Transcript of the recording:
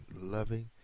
Loving